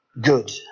good